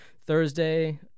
Thursday